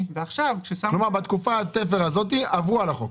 כלומר, בתקופת התפר הזאת עברו על החוק.